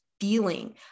feeling